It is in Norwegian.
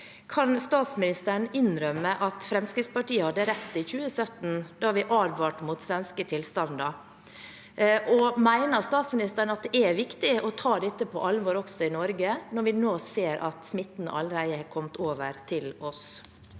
Kan statsministeren innrømme at Fremskrittspartiet hadde rett i 2017, da vi advarte mot svenske tilstander, og mener statsministeren at det er viktig å ta dette på alvor også i Norge, når vi nå ser at smitten allerede har kommet over til oss?